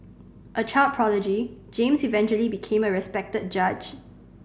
a child prodigy James eventually became a respected judge